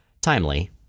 timely